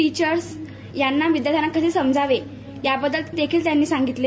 टीचर्सनी विद्याथ्र्यांना कसे समजावे या बद्दल देखील त्यांनी सांगितलं